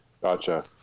Gotcha